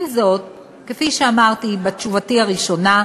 עם זאת, כפי שאמרתי בתשובתי הראשונה,